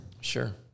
Sure